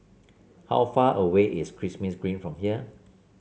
how far away is Kismis Green from here